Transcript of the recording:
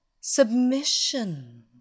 Submission